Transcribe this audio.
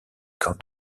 camp